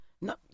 No